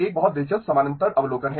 अब एक बहुत दिलचस्प समानांतर अवलोकन है